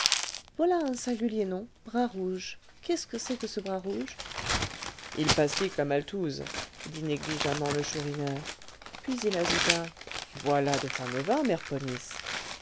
voilà un singulier nom bras rouge qu'est-ce que c'est que ce bras rouge il pastique la maltouze dit négligemment le chourineur puis il ajouta voilà de fameux vin mère ponisse